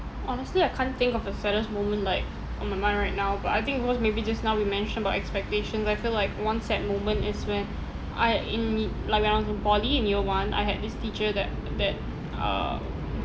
honestly I can't think of the saddest moment like on my mind right now but I think because maybe just now we mentioned about expectations I feel like one sad moment is when I in like when I was in poly in year one I had this teacher that that uh